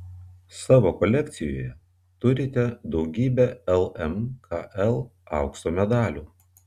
savo kolekcijoje turite daugybę lmkl aukso medalių